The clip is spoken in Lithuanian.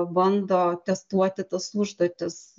bando testuoti tas užduotis